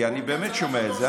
כי אני באמת שומע את זה.